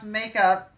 makeup